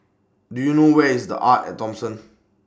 Do YOU know Where IS The Arte At Thomson